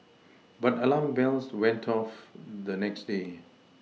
but alarm bells went off the next day